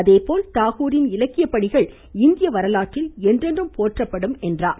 அதேபோல் தாகூரின் இலக்கிய பணிகள் இந்திய வரலாற்றில் என்றென்றும் போற்றப்படும் என்றார்